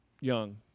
young